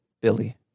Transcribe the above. Billy